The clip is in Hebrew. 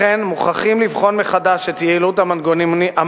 לכן מוכרחים לבחון מחדש את יעילות המנגנונים